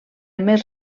més